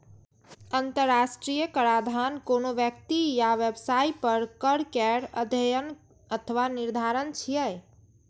अंतरराष्ट्रीय कराधान कोनो व्यक्ति या व्यवसाय पर कर केर अध्ययन अथवा निर्धारण छियै